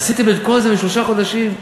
עשיתם את כל זה בשלושה חודשים?